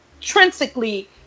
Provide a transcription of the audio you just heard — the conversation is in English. intrinsically